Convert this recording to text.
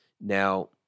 Now